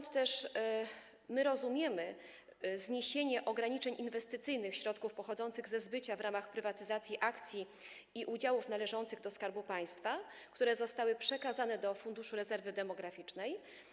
Dlatego też rozumiemy zniesienie ograniczeń inwestycyjnych w przypadku środków pochodzących ze zbycia w ramach prywatyzacji akcji i udziałów należących do Skarbu Państwa, które zostały przekazane do Funduszu Rezerwy Demograficznej.